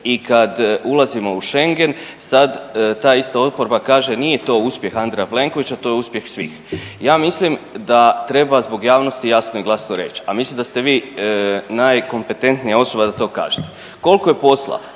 i kad ulazimo u Schengen sad ta ista oporba kaže, nije to uspjeh Andreja Plenkovića, to je uspjeh svih. Ja mislim da treba zbog javnosti jasno i glasno reći, a mislim da ste vi najkompetentnija osoba da to kažete, koliko je posla